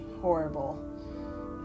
horrible